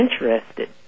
interested